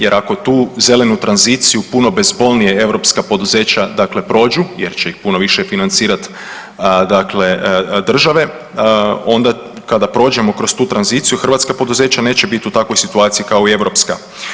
Jer ako tu zelenu tranziciju puno bezbolnije europska poduzeća dakle prođu jer će ih puno više financirati dakle države, onda kada prođemo kroz tu tranziciju hrvatska poduzeća neće biti u takvoj situaciji kao europska.